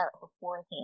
beforehand